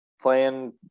playing